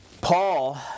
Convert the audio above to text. Paul